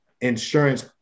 insurance